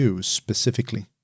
specifically